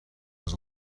was